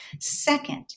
Second